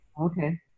Okay